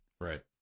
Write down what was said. Right